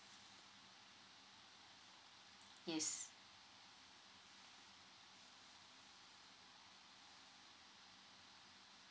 yes